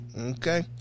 okay